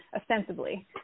ostensibly